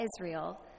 Israel